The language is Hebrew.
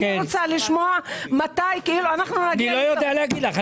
אני רוצה לשמוע מתי --- לא יודע להגיד לך,